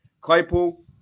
Claypool